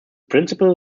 principal